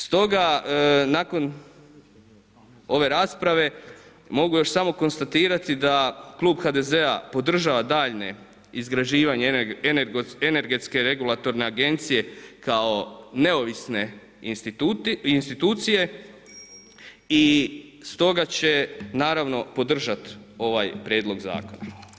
Stoga nakon ove rasprave mogu još samo konstatirati da Klub HDZ-a podržava daljnje izgrađivanje energetske regulatorne agencije kao neovisne institucije i stoga će naravno podržati ovaj Prijedlog Zakona.